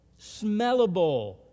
smellable